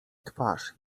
twarz